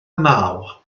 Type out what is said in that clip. naw